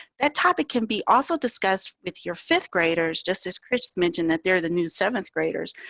that topic can be also discussed with your fifth graders, just as chris mentioned that there. the new seventh graders.